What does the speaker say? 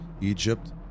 Egypt